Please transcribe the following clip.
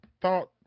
thought